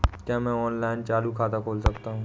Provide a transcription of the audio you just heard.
क्या मैं ऑनलाइन चालू खाता खोल सकता हूँ?